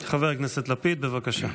חבר הכנסת לפיד, בבקשה.